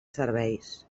serveis